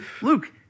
Luke